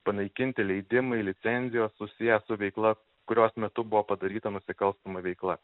panaikinti leidimai licenzijos susiję su veikla kurios metu buvo padaryta nusikalstama veikla